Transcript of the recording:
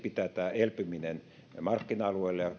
pitää tämä elpyminen markkina alueilla ja